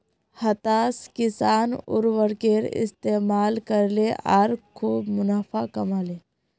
हताश किसान उर्वरकेर इस्तमाल करले आर खूब मुनाफ़ा कमा ले